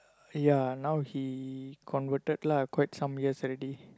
ya now he converted lah quite some years already